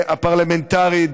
הפרלמנטרי: